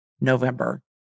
November